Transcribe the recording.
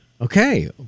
Okay